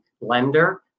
lender